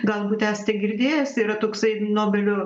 galbūt esate girdėjęs yra toksai nobelio